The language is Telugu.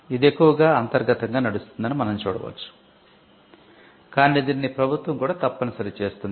ఇది ఎక్కువగా అంతర్గతంగా నడుస్తుందని మనం చూడవచ్చు కాని దీనిని ప్రభుత్వం కూడా తప్పనిసరి చేస్తుంది